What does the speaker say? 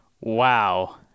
wow